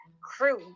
crew